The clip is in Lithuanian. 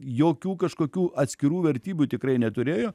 jokių kažkokių atskirų vertybių tikrai neturėjo